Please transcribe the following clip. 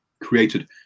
created